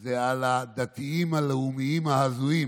זה על הדתיים הלאומיים ההזויים.